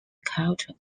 cultural